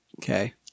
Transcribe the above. Okay